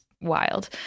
Wild